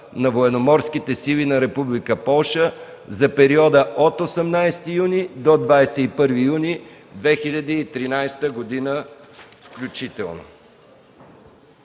на Военноморските сили на Република Полша за периода от 18 юни до 21 юни 2013 г. включително.